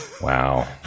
Wow